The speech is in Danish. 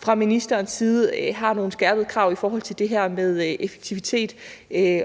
fra ministerens side, er nogle skærpede krav i forhold til det her med effektivitet